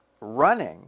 running